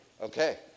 Okay